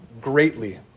greatly